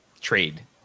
trade